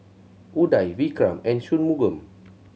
Udai Vikram and Shunmugam